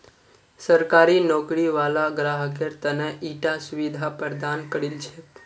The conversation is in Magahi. सरकारी नौकरी वाला ग्राहकेर त न ईटा सुविधा प्रदान करील छेक